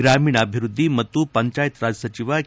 ಗ್ರಾಮೀಣಾಭಿವೃದ್ದಿ ಮತ್ತು ಪಂಚಾಯತ್ ರಾಜ್ ಸಚಿವ ಕೆ